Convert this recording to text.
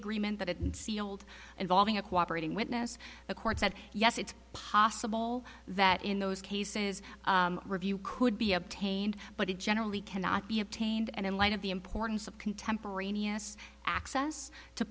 agreement that it sealed involving a cooperating witness the court said yes it's possible that in those cases review could be obtained but it generally cannot be obtained and in light of the importance of contemporaneous access to